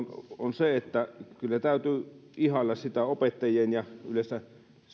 on se että kyllä täytyy ihailla sitä opettajien ja yleensä